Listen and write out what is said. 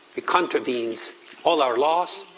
it contravenes all our laws,